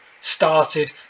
started